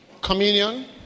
Communion